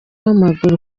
w’amaguru